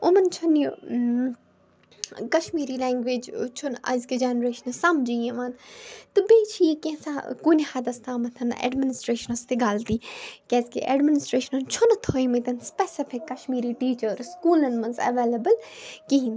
یِمَن چھِنہٕ یہِ کَشمیٖری لَنٛگویج چھِنہٕ أزکہِ جَنٛریشنہِ سَمجھی یِوان تہٕ بیٚیہِ چھِ یہِ کینٛژھاہ کُنہِ حَدَس تام اٮ۪ڈمِنشٹرٛیشنَس تہِ غلطی کیازِکہِ اٮ۪ڈمِنشٹریشنن چھُنہٕ تھٲمِتۍ سٕپیٚسِفِک کَشمیٖری ٹیٖچٲرٕس سُکوٗلَن منٛز ایٚولیبٕل کِہیٖنۍ